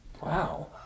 Wow